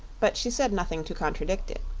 but she said nothing to contradict it.